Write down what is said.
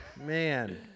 Man